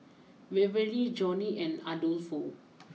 Waverly Johnie and Adolfo